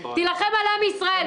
תילחם על עם ישראל.